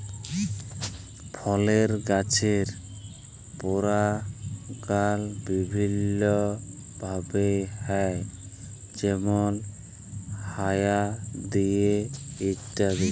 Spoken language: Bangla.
ফলের গাছের পরাগায়ল বিভিল্য ভাবে হ্যয় যেমল হায়া দিয়ে ইত্যাদি